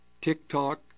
TikTok